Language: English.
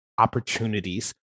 opportunities